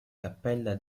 cappella